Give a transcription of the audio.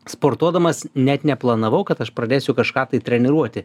sportuodamas net neplanavau kad aš pradėsiu kažką tai treniruoti